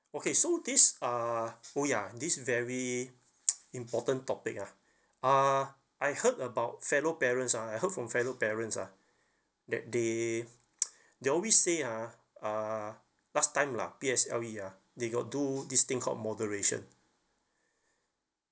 okay so this uh oh ya this very important topic ah uh I heard about fellow parents ah I heard from fellow parents ah that day they always say ah uh last time lah P_S_L_E ah they got do this thing called moderation